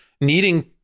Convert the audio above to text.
needing